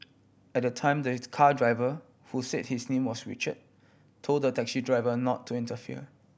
at the time there is car driver who said his name was Richard told the taxi driver not to interfere